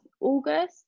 August